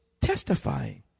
testifying